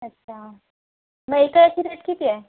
अच्छा मग एका याची रेट किती आहे